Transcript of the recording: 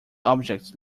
objects